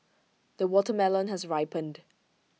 the watermelon has ripened